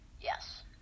Yes